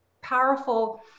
powerful